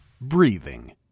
Breathing